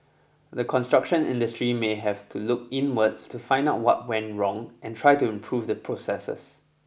the construction industry may have to look inwards to find out what went wrong and try to improve the processes